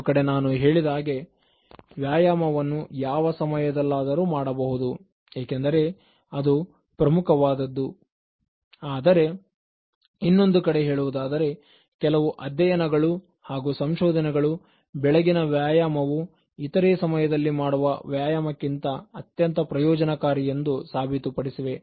ಒಂದು ಕಡೆ ನಾನು ಹೇಳಿದಾಗೆ ವ್ಯಾಯಾಮವನ್ನು ಯಾವ ಸಮಯದಲ್ಲಾದರೂ ಮಾಡಬಹುದು ಏಕೆಂದರೆ ಅದು ಪ್ರಮುಖವಾದದ್ದು ಆದರೆ ಇನ್ನೊಂದು ಕಡೆ ಹೇಳುವುದಾದರೆ ಕೆಲವು ಅಧ್ಯಯನಗಳು ಹಾಗೂ ಸಂಶೋಧನೆಗಳು ಬೆಳಗಿನ ವ್ಯಾಯಾಮವು ಇತರೆ ಸಮಯದಲ್ಲಿ ಮಾಡುವ ವ್ಯಾಯಾಮಕ್ಕಿಂತ ಅತ್ಯಂತ ಪ್ರಯೋಜನಕಾರಿ ಎಂದು ಸಾಬೀತುಪಡಿಸಿವೆ